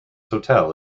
hotel